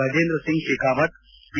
Gajendra Singh Shekhawat P